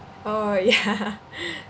orh yeah